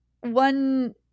one